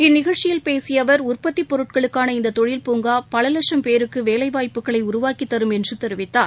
இந்நிகழ்ச்சியில் பேசியஅவர் உற்பத்திப் பொருட்களுக்கான இந்ததொழில் பூங்காபலலட்சம் பேருக்குவேலைவாய்ப்புகளைஉருவாக்கித் தரும் என்றுதெரிவித்தார்